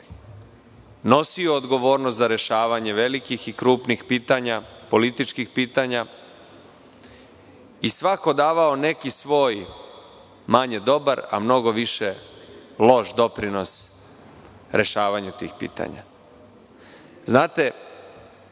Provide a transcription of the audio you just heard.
nosio odgovornost za rešavanje velikih i krupnih pitanja, političkih pitanja i svako davao neki svoj manje dobar, a mnogo više loš doprinos rešavanju tih pitanja. Godine